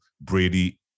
Brady